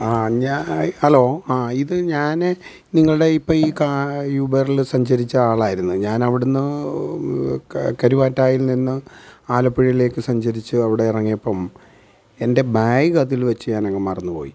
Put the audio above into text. ആ ഞ ഹലോ ആ ഇത് ഞാൻ നിങ്ങളുടെ ഇപ്പം ഈ ക യൂബറിൽ സഞ്ചരിച്ച ആളായിരുന്നു ഞാൻ അവിടുന്ന് കരുവാറ്റായിൽ നിന്ന് ആലപ്പുഴയിലേക്ക് സഞ്ചരിച്ച് അവിടെ ഇറങ്ങിയപ്പം എൻറെ ബാഗ് അതിൽ വെച്ച് ഞാൻ അങ്ങ് മറന്നുപോയി